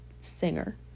singer